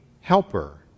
helper